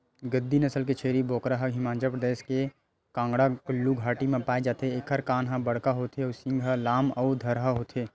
गद्दी नसल के छेरी बोकरा ह हिमाचल परदेस के कांगडा कुल्लू घाटी म पाए जाथे एखर कान ह बड़का होथे अउ सींग ह लाम अउ धरहा होथे